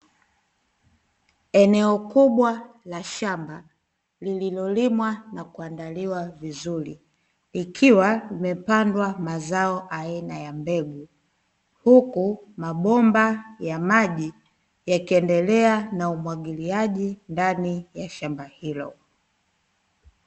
Eneo kubwa la shamba lililolimwa na kuandaliwa vizuri, ikiwa imepandwa mazao aina ya mbegu, huku mabomba ya maji yakiendelea na umwagiliaji ndani ya shamba hilo.